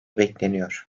bekleniyor